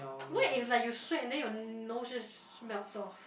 wax is like you sweat and then your nose just melts off